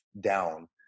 down